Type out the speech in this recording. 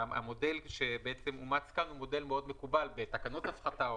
המודל שאומץ כאן הוא מודל מאוד מקובל בתקנות הפחתה,